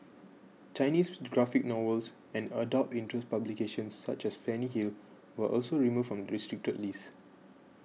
Chinese graphic novels and adult interest publications such as Fanny Hill were also removed from the restricted list